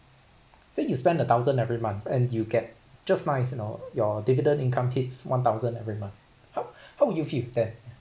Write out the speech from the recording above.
say you spend a thousand every month and you get just nice you know your dividend income hits one thousand every month how how would you feel then